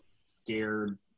scared